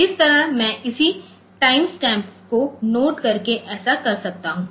तो इस तरह मैं इसी टाइम स्टैम्प को नोट करके ऐसा कर सकता हूं